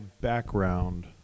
background